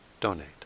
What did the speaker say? donate